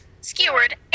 skewered